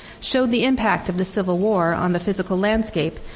showed the impact of the civil war on the physical landscape,